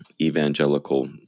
evangelical